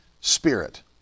spirit